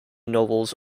novels